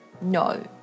no